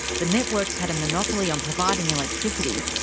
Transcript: the networks had a monopoly on providing electricity,